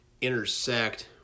intersect